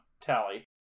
Tally